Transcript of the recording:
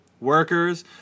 workers